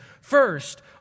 First